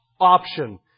option